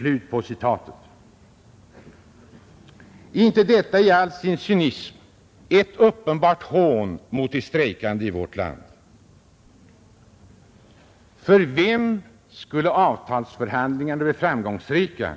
Är inte detta i all sin cynism ett uppenbart hån mot de strejkande i vårt land? För vem skulle förhandlingarna bli framgångsrika?